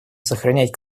сохранить